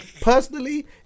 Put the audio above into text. personally